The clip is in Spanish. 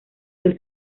del